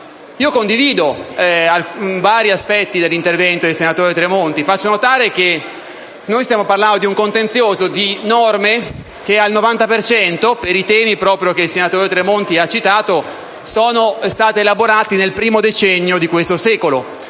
Condivido vari aspetti dell'intervento del senatore Tremonti, tuttavia faccio notare che stiamo parlando di un contenzioso e di norme che al 90 per cento, per i temi che il senatore Tremonti ha citato, sono stati elaborati nel primo decennio di questo secolo